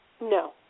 No